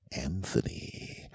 Anthony